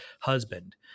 husband